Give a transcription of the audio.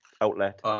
outlet